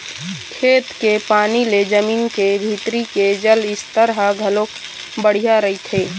खेत के पानी ले जमीन के भीतरी के जल स्तर ह घलोक बड़िहा रहिथे